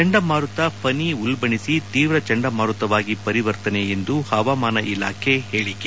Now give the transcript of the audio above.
ಚಂಡ ಮಾರುತ ಫನಿ ಉಲ್ಲಣಿಸಿ ತೀವ್ರ ಚಂಡಮಾರುತವಾಗಿ ಪರಿವರ್ತನೆ ಎಂದು ಹವಾಮಾನ ಇಲಾಖೆ ಹೇಳೆ